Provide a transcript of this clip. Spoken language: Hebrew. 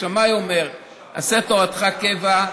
"שמאי אומר: עשה תורתך קבע.